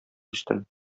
үстем